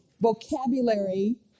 vocabulary